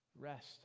rest